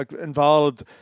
involved